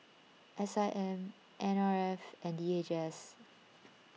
S I M N R F and D H S